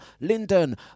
Lyndon